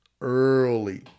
early